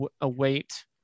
await